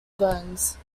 bones